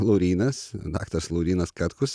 laurynas daktaras laurynas katkus